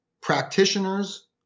practitioners